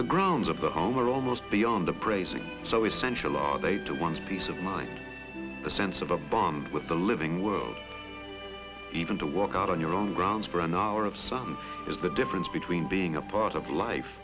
the grounds of the home are almost beyond the brazing so essential are they to one's peace of mind the sense of a bond with the living world even to walk out on your own grounds for an hour of sun is the difference between being a part of life